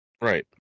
Right